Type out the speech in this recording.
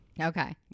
okay